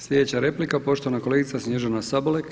Slijedeća replika poštovana kolegica Snježana Sabolek.